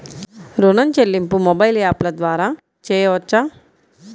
ఋణం చెల్లింపు మొబైల్ యాప్ల ద్వార చేయవచ్చా?